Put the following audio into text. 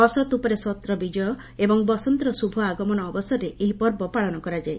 ଅସତ୍ ଉପରେ ସତ୍ର ବିଜୟ ଏବଂ ବସନ୍ତର ଶୁଭ ଆଗମନ ଅବସରରେ ଏହି ପର୍ବ ପାଳନ କରାଯାଏ